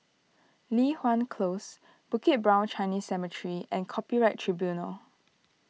Li Hwan Close Bukit Brown Chinese Cemetery and Copyright Tribunal